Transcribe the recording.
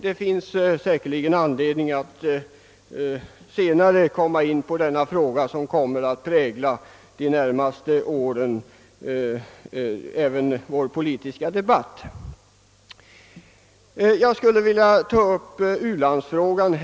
Det blir säkerligen anledning att senare komma in på denna fråga, som under de närmaste åren kommer att prägla en stor del av vår politiska debatt.